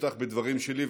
אפתח בדברים שלי,